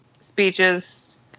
speeches